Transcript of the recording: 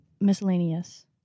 Miscellaneous